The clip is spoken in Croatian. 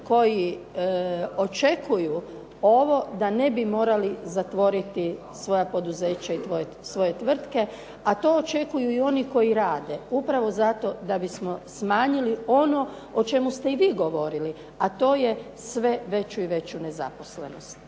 koji očekuju ovo da ne bi morali zatvoriti svoja poduzeća i svoje tvrtke. A to očekuju i oni koji rade. Upravo zato da bismo smanjili ono o čemu ste i vi govorili, a to je sve veću i veću nezaposlenost.